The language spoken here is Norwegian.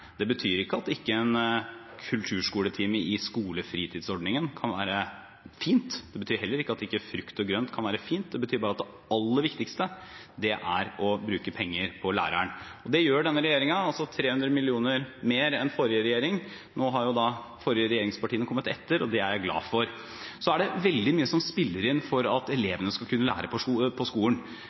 Det betyr ikke at en kulturskoletime i skolefritidsordningen ikke kan være fint, det betyr heller ikke at frukt og grønt ikke kan være fint, det betyr bare at det aller viktigste er å bruke penger på læreren. Det gjør denne regjeringen – 300 mill. kr mer enn forrige regjering. Nå har de forrige regjeringspartiene kommet etter, og det er jeg glad for. Så er det veldig mye som spiller inn for at elevene skal kunne lære på skolen.